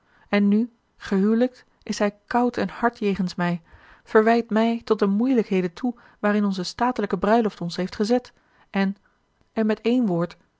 en nu gehijlikt is hij koud en hard jegens mij verwijt mij tot de moeielijkheden toe waarin onze statelijke bruiloft ons heeft gezet en en met één woord